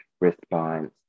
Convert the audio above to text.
response